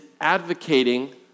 advocating